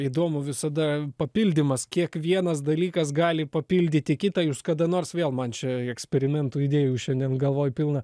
įdomu visada papildymas kiekvienas dalykas gali papildyti kitą jūs kada nors vėl man čia eksperimentų idėjų šiandien galvoj pilna